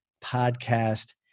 podcast